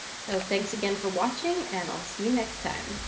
so thanks again for watching and i'll see you next time.